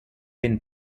been